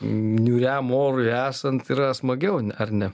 niūriam orui esant yra smagiau ar ne